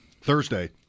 Thursday